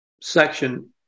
section